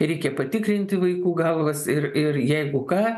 reikia patikrinti vaikų galvas ir ir jeigu ką